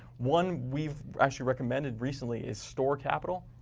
one we've actually recommended recently is store capital.